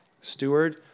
steward